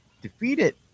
defeated